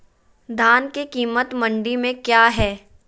धान के कीमत मंडी में क्या है?